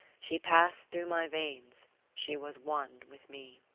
she passed through my veins she was one with me.